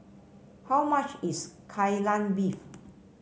how much is Kai Lan Beef